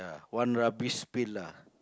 one rubbish bin lah